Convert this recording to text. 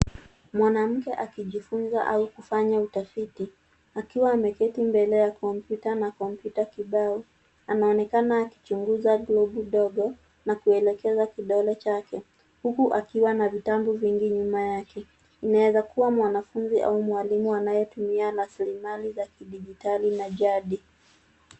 Mwanamke akijifunza au kufanya utafiti, akiwa ameketi mbele ya kompyuta na kompyuta kibao, anaonekana akichunguza globu ndogo na kuelekeza kidole chake huku akiwa na vitabu vingi nyuma yake. Inaweza kuwa mwanafunzi au mwalimu anayetumia rasilimali za kidijitali na jadi.